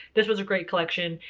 this was a great collection.